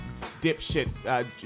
dipshit